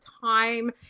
time